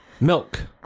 Milk